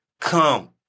come